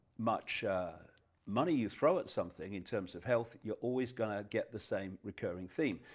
much money you throw at something in terms of health you're always gonna get the same recurring theme,